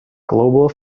global